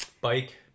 Bike